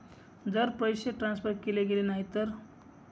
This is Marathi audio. जर पैसे ट्रान्सफर केले गेले नाही तर?